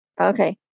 Okay